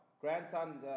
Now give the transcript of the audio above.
grandson